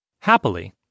Happily